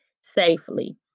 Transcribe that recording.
safely